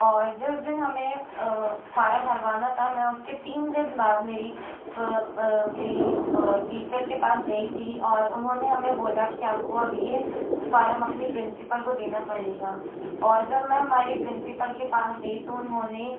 और जिस दिन हमें फारम भरवाना था मैं उसके तीन दिन बाद मेरी टीचर के पास गई थी और उन्होंने हमें बोला कि आपको अब यह फारम अपनी प्रिंसिपल को देना पड़ेगा और जब मैं हमारी प्रिंसिपल के पास गई तो उन्होंने